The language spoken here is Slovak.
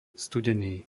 studený